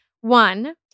One